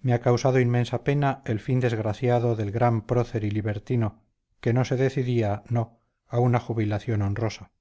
me ha causado inmensa pena el fin desgraciado del gran prócer y libertino que no se decidía no a una jubilación honrosa